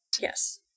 Yes